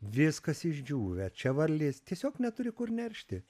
viskas išdžiūvę čia varlės tiesiog neturi kur neršti